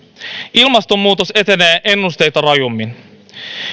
ilmastonmuutos etenee ennusteita rajummin